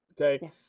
okay